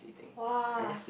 !wah!